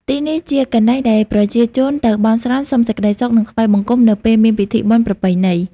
ទីនេះជាកន្លែងដែលប្រជាជនទៅបន់ស្រន់ សុំសេចក្ដីសុខ និងថ្វាយបង្គំនៅពេលមានពិធីបុណ្យប្រពៃណី។